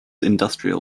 industrial